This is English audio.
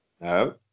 No